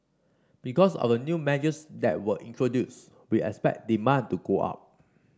because of the new measures that were introduced we expect demand to go up